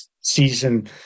season